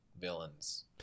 villains